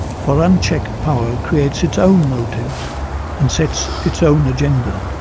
for unchecked power creates its own motives and sets its own agenda.